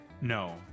No